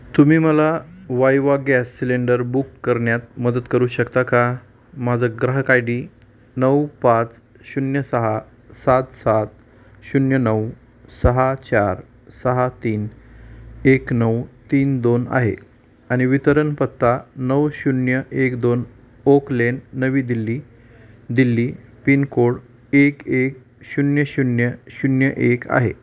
तुम्ही मला वायवा गॅस सिलेंडर बुक करण्यात मदत करू शकता का माझं ग्राहक आय डी नऊ पाच शून्य सहा सात सात शून्य नऊ सहा चार सहा तीन एक नऊ तीन दोन आहे आणि वितरण पत्ता नऊ शून्य एक दोन ओक लेन नवी दिल्ली दिल्ली पिनकोड एक एक शून्य शून्य शून्य एक आहे